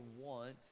want